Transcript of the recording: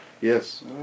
Yes